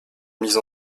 mise